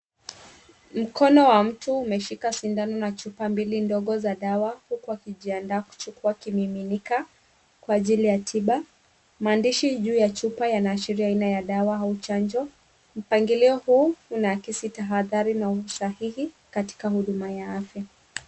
Mkono wa mtu umeshika sindano na chupa mbili ndogo za dawa huku akijiandaa kuchukua kimiminika, kwa ajili ya tiba. Maandishi juu ya chupa yanaashiria aina ya dawa au chanjo. Mpangilio huu unahakisi tahadhari na usahihi katika huduma ya afya.